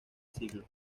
siglo